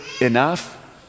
enough